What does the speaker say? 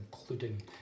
including